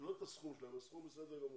לא את הסכום שלהם, הסכום בסדר גמור,